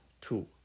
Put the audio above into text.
two